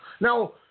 Now